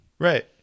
Right